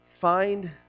find